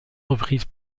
reprises